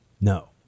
no